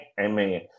Amen